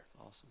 Awesome